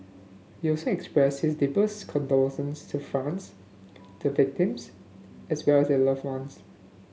he also expressed his deepest condolences to France the victims as well as their loved ones